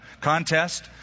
contest